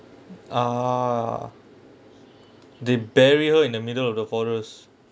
uh the barrier in the middle of the forest